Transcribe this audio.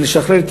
ולשחרר את